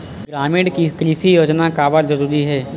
ग्रामीण कृषि योजना काबर जरूरी हे?